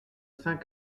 cinq